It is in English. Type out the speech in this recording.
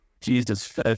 Jesus